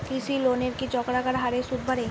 কৃষি লোনের কি চক্রাকার হারে সুদ বাড়ে?